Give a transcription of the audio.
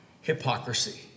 hypocrisy